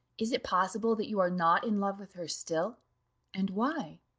is it possible that you are not in love with her still and why?